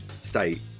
State